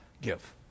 give